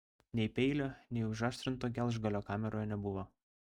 nei peilio nei užaštrinto gelžgalio kameroje nebuvo